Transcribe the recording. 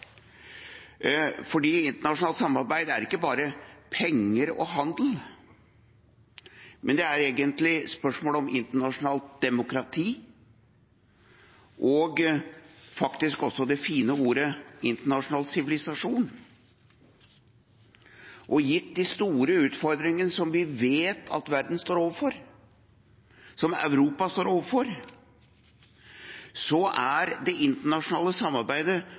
internasjonalt samarbeid er ikke bare penger og handel, men det er egentlig spørsmål om internasjonalt demokrati og faktisk også det fine ordet internasjonal «sivilisasjon». Og gitt de store utfordringene som vi vet at verden står overfor, som Europa står overfor, er det internasjonale samarbeidet